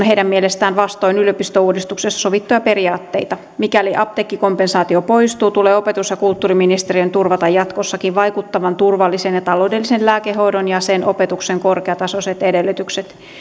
heidän mielestään vastoin yliopistouudistuksessa sovittuja periaatteita mikäli apteekkikompensaatio poistuu tulee opetus ja kulttuuriministeriön turvata jatkossakin vaikuttavan turvallisen ja taloudellisen lääkehoidon ja sen opetuksen korkeatasoiset edellytykset